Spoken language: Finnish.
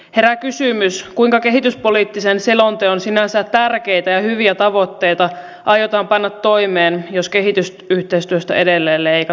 herää kysymys kuinka kehityspoliittisen selonteon sinänsä tärkeitä ja hyviä tavoitteita aiotaan panna toimeen jos kehitysyhteistyöstä edelleen leikataan